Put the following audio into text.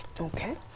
okay